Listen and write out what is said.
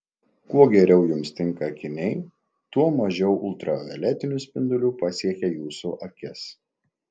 kuo geriau jums tinka akiniai tuo mažiau ultravioletinių spindulių pasiekia jūsų akis